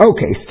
Okay